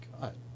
God